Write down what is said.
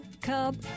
cub